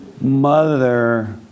mother